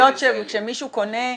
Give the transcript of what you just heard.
יכול להיות שמישהו קונה,